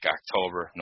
October